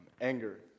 anger